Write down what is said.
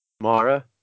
Mara